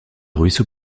ruisseau